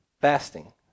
Fasting